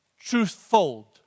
truthful